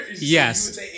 Yes